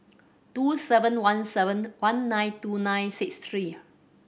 two seven one seven one nine two nine six three